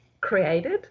created